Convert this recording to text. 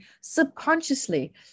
subconsciously